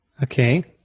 Okay